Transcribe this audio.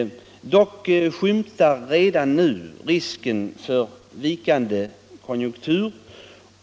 Dock skymtar nu risken för vikande konjunktur.